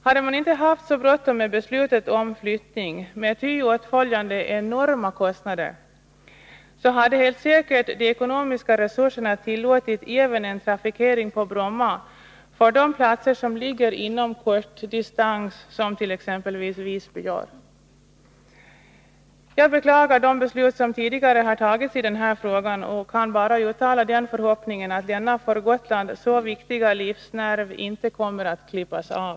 Hade man inte haft så bråttom med beslutet om flyttning med ty åtföljande enorma kostnader, hade helt säkert de ekonomiska resurserna tillåtit även en trafikering på Bromma för de platser som ligger inom kortdistans, som t.ex. Visby gör. Jag beklagar de beslut som tidigare har tagits i den här frågan och kan bara uttala den förhoppningen att denna för Gotland så viktiga livsnerv inte kommer att klippas av.